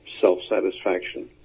self-satisfaction